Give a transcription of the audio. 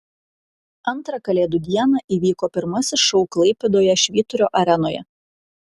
antrą kalėdų dieną įvyko pirmasis šou klaipėdoje švyturio arenoje